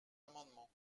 amendement